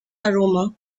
aroma